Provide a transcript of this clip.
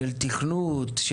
של תכנות,